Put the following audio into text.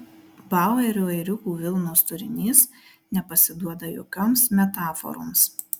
bauerio ėriukų vilnos turinys nepasiduoda jokioms metaforoms